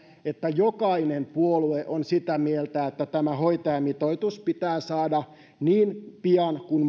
että jokainen puolue on sitä mieltä että tämä hoitajamitoitus pitää saada niin pian kuin